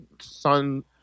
son